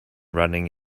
running